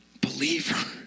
believer